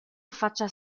affaccia